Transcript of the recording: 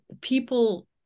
people